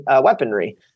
weaponry